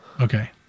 Okay